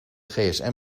gsm